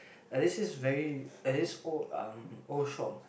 there's this this very there is this old uh old shop